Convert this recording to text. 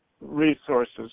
resources